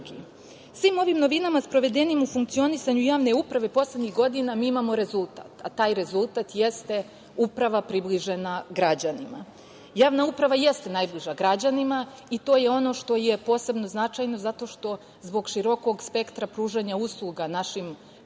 svim ovim novinama sprovedenim u funkcionisanju javne uprave poslednjih godina mi imamo rezultat, a taj rezultat jeste uprava približena građanima. Javna uprava jeste najbliža građanima i to je ono što je posebno značajno, zato što, zbog širokog spektra pružanja usluga našim građanima,